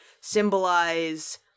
symbolize